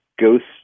ghost